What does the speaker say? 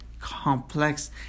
complex